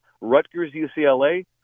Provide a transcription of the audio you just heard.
Rutgers-UCLA